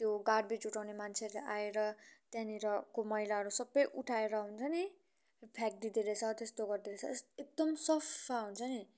त्यो गार्बेज उठाउने मान्छेहरूले आएर त्यहाँनिरको मैलाहरू सबै उठाएर हुन्छ नि फ्याँकिदिँदो रहेछ त्यस्तो गर्दो रहेछ एकदम सफा हुन्छ नि